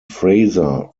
fraser